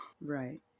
Right